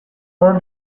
her